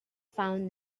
found